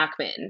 Ackman